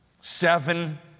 Seven